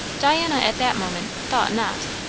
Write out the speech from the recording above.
diana at that moment thought not.